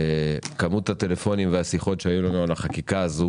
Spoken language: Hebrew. כמות הטלפונים והשיחות שהיו לנו על החקיקה הזו